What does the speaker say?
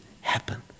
happen